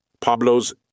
Pablo's